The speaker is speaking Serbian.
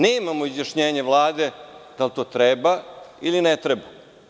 Nemamo izjašnjenje Vlade da li to treba ili ne treba.